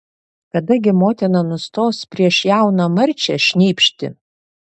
kada gi motina nustos prieš jauną marčią šnypšti